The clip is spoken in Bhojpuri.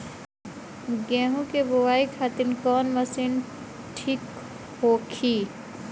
गेहूँ के बुआई खातिन कवन मशीन ठीक होखि?